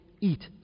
eat